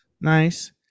Nice